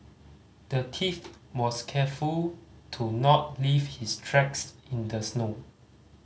the thief was careful to not leave his tracks in the snow